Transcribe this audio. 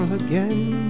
again